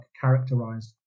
characterized